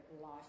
life